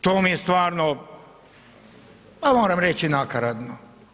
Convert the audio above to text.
To mi je stvarno pa moram reći, nakaradno.